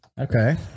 Okay